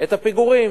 את הפיגורים,